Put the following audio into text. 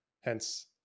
Hence